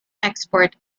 export